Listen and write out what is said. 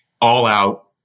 all-out